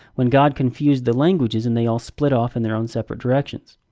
when god confused the languages and they all split off in their own separate directions.